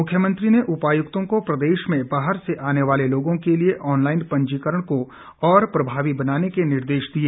मुख्यमंत्री ने उपायुक्तों को प्रदेश में बाहर से आने वाले लोगों के लिए ऑनलाईन पंजीकरण को और प्रभावी बनाने के निर्देश दिए